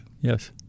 Yes